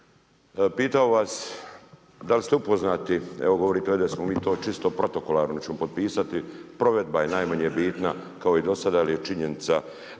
Pitam vas, da li ste upoznati, evo govorite ovdje da smo mi to čisto protokolarno, da ćemo potpisati, provedba je najmanje bitna kao i do sada ali je činjenica